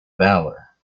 valour